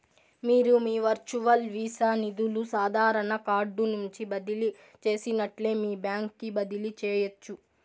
మీరు మీ virtual visa నిదులు సాదారన కార్డు నుంచి బదిలీ చేసినట్లే మీ బాంక్ కి బదిలీ చేయచ్చు